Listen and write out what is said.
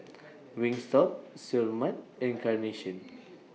Wingstop Seoul Mart and Carnation